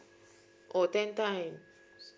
oh ten time